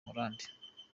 hollande